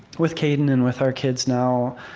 with kaidin and with our kids now,